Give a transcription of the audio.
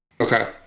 Okay